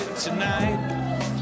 tonight